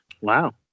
wow